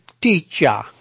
teacher